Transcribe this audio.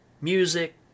music